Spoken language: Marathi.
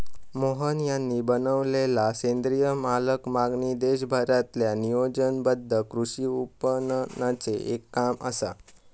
मोहन यांनी बनवलेलला सेंद्रिय मालाक मागणी देशभरातील्या नियोजनबद्ध कृषी विपणनाचे एक काम असा